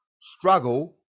struggle